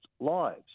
lives